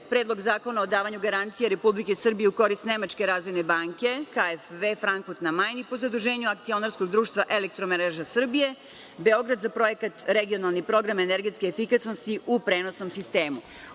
Predlog zakona o davanju garancije Republike Srbije u korist Nemačke razvojne banke KfW, Frankfurt na Majni, po zaduženju Akcionarskog društva „Elektromreža Srbije“, Beograd, za Projekat „Regionalni program energetske efikasnosti u prenosnom sistemu“.